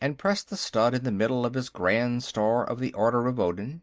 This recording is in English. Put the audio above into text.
and pressed the stud in the middle of his grand star of the order of odin.